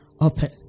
open